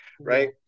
right